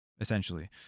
essentially